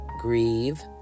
grieve